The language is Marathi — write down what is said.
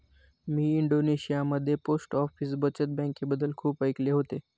मी इंडोनेशियामध्ये पोस्ट ऑफिस बचत बँकेबद्दल खूप ऐकले होते